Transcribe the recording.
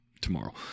tomorrow